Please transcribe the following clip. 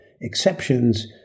exceptions